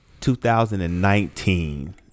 2019